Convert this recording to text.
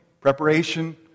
preparation